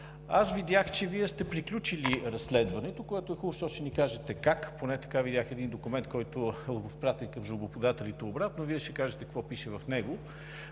Аз видях, че Вие сте приключили разследването, което е хубаво, защото ще ми кажете как – видях един документ, който е отпратен към жалбоподателите обратно, а Вие ще кажете какво пише в него.